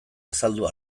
azaldu